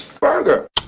Burger